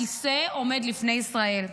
הכיסא עומד לפני ישראל.